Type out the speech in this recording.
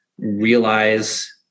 realize